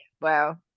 Wow